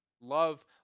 Love